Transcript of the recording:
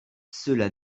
cela